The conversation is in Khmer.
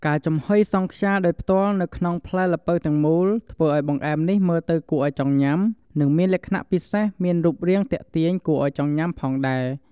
ការចំហុយសង់ខ្យាដោយផ្ទាល់នៅក្នុងផ្លែល្ពៅទាំងមូល ធ្វើឲ្យបង្អែមនេះមើលទៅគួរឲ្យចង់ញ៉ាំ និងមានលក្ខណៈពិសេស មានរូបរាងទាក់ទាញគួរអោយចង់ញុាំផងដែរ។